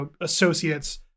associates